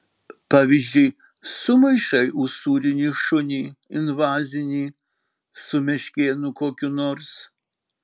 pavyzdžiui sumaišai usūrinį šunį invazinį su meškėnu kokiu nors